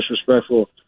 disrespectful